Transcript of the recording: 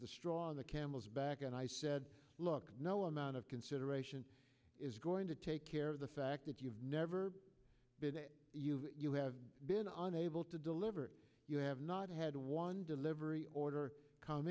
straw in the camel's back and i said look no amount of consideration is going to take care of the fact that you've never been you have been on able to deliver you have not had one delivery order come